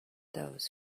those